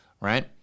right